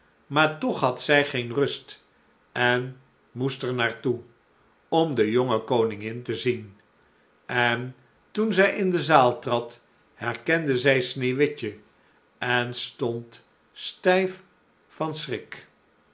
maar toch had zij geen rust en moest er naar toe om de jonge koningin te zien en toen zij in de zaal trad herkende zij sneeuwwitje en stond stijf van schrik